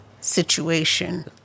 situation